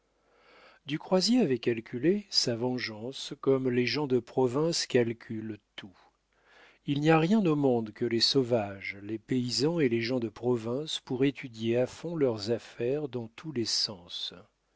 du croisier avait calculé sa vengeance comme les gens de province calculent tout il n'y a rien au monde que les sauvages les paysans et les gens de province pour étudier à fond leurs affaires dans tous les sens